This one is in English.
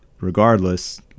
regardless